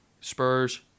Spurs